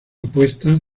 opuestas